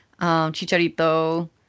Chicharito